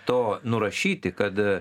to nurašyti kad